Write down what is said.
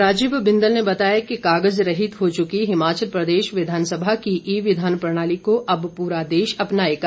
राजीव बिंदल ने बताया कि कागज रहित हो चुकी हिमाचल प्रदेश वि धानसभा की ई वि धाान प्रणाली को अब पूरा देश अपनाएगा